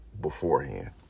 beforehand